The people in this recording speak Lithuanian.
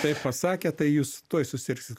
taip pasakėt tai jūs tuoj susirgsit